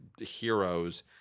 heroes